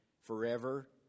forever